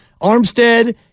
Armstead